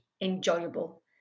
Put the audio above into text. enjoyable